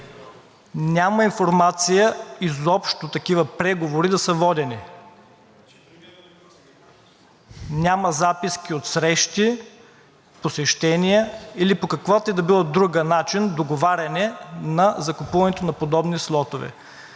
Няма информация изобщо такива преговори да са водени. Няма записки от срещи, посещения или по какъвто и да било друг начин договаряне на закупуването на подобни слотове.